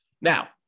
Now